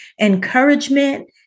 encouragement